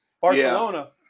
Barcelona